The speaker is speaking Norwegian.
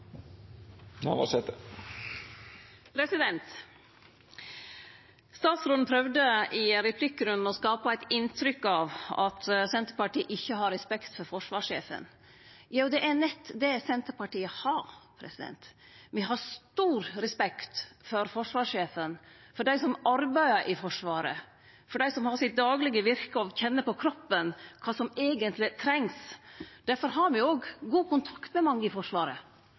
Statsråden prøvde i replikkrunden å skape eit inntrykk av at Senterpartiet ikkje har respekt for forsvarssjefen. Jo, det er nett det Senterpartiet har. Me har stor respekt for forsvarssjefen, for dei som arbeider i Forsvaret, for dei som har sitt daglege virke og kjenner på kroppen kva som eigentleg trengs. Difor har me òg god kontakt med mange i Forsvaret,